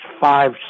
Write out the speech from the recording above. five